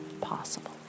possible